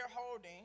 holding